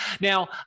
Now